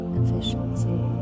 efficiency